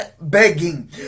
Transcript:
begging